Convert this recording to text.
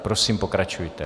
Prosím, pokračujte.